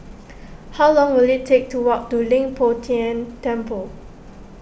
how long will it take to walk to Leng Poh Tian Temple